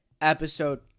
episode